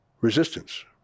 resistance